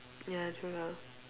ya true lah